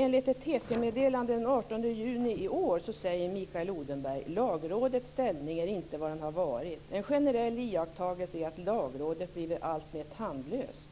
Enligt ett TT-meddelande den 18 juni i år säger Mikael Odenberg: Lagrådets ställning är inte vad den har varit. En generell iakttagelse är att Lagrådet blivit alltmer tandlöst.